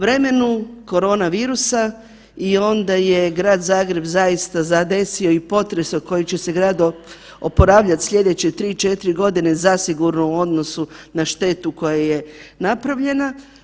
Vremenu korona virusa i onda je Grad Zagreb zaista zadesio i potres od kojeg će grad oporavljati slijedeće 3-4 godine zasigurno u odnosu na štetu koja je napravljena.